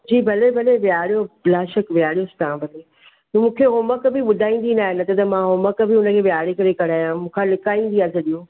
जी भले भले वियारो बिलाशकु विहारोसि तव्हां भले मूंखे होमवर्क बि ॿुधाईंदी न आहे न त त मां होमवर्क बि हुनखे विहारे करे कराया मूं खां लिकाईंदी आहे सॼो